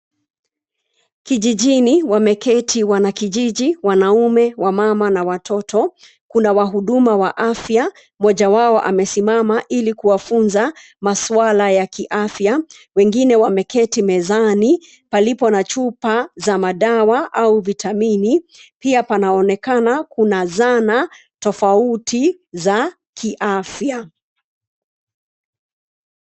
Kijijini, wameketi wanakijiji wanaume, wamama na watoto. Kuna wahuduma wa afya, mmoja wao amesimama ili kuwafunza maswala ya kiafya. Wengine wameketi mezani palipo na chupa za madawa au vitamini. Pia punaonekana kuna zana tofauti za kiafya.